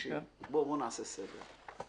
בוא נעשה סדר.